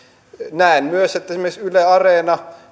näen myös että esimerkiksi yle areena